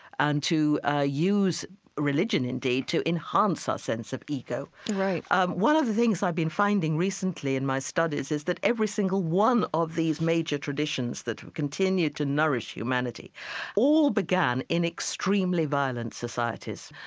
and to ah use religion, indeed, to enhance our sense of ego um one of the things i've been finding recently in my studies is that every single one of these major traditions that continue to nourish humanity all began in extremely violent societies.